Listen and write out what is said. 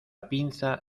pinza